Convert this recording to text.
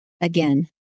again